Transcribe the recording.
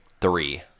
three